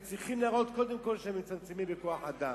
הם צריכים להראות קודם כול שהם מצמצמים בכוח-אדם,